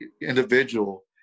individual